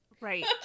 Right